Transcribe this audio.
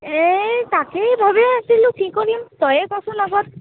এই তাকেই ভাবি আছিলোঁ কি কৰিম তইয়ে কচোন